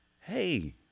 Hey